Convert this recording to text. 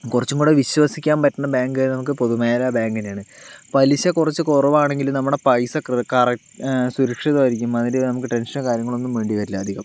കുറച്ചുംകൂടെ വിശ്വസിക്കാൻ പറ്റണ ബാങ്ക് നമുക്ക് പൊതുമേഖല ബാങ്ക് തന്നെയാണ് പലിശ കുറച്ച് കുറവാണെങ്കിലും നമ്മുടെ പൈസ കറക്റ്റ് സുരക്ഷിതമായിരിക്കും അതിന് നമുക്ക് ടെൻഷനോ കാര്യങ്ങളൊന്നും വേണ്ടിവരില്ല അധികം